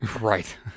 Right